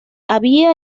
había